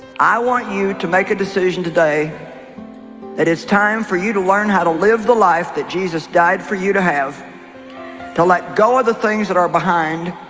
i want you to make a decision today it's time for you to learn how to live the life that jesus died for you to have to let go of the things that are behind